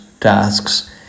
tasks